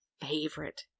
favorite